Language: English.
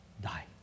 die